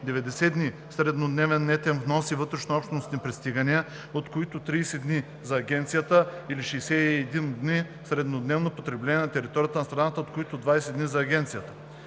90 дни среднодневен нетен внос и вътрешнообщностни пристигания, от които 30 дни за агенцията, или 61 дни среднодневно потребление на територията на страната, от които 20 дни за агенцията.